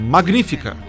Magnífica